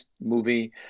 movie